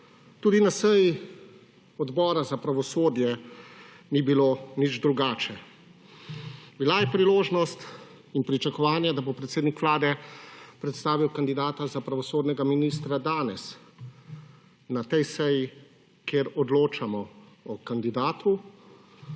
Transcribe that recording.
tudi na seji Odbora za pravosodje ni bilo nič drugače. Bila je priložnost in pričakovanja, da bo predsednik Vlade predstavil kandidata za pravosodnega ministra danes na tej seji kjer odločamo o kandidatu,